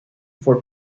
for